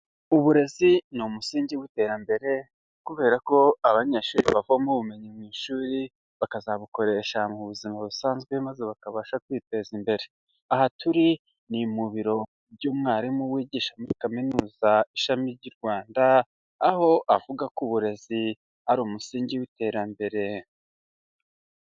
Uburezi ni umusingi w'iterambere, kubera ko abanyeshuri bavoma ubumenyi mu ishuri, bakazabukoresha mu buzima busanzwe, maze bakabasha kwiteza imbere. Aha turi ni mu biro by'umwarimu wigisha muri kaminuza ishami ry'u Rwanda, aho avuga ko uburezi ari umusingi w'iterambere.